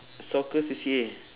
soccer C_C_A